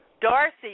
Darcy